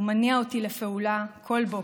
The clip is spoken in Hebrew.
ומניע אותי לפעולה בכל בוקר.